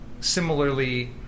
similarly